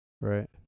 Right